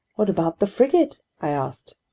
what about the frigate? i asked.